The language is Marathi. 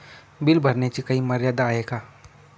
बिल भरण्याची काही मर्यादा आहे का?